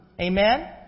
Amen